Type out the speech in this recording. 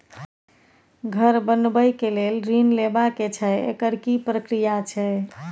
घर बनबै के लेल ऋण लेबा के छै एकर की प्रक्रिया छै?